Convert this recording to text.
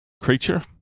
Creature